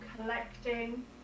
collecting